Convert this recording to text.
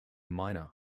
miner